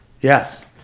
Yes